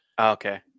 Okay